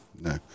No